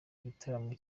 igitaramo